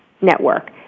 network